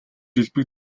элбэг